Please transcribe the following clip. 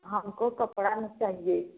हमको कपड़ा चाहिए